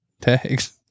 tags